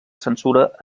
censura